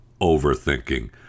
overthinking